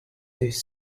these